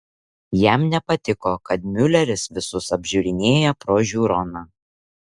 jam nepatiko kad miuleris visus apžiūrinėja pro žiūroną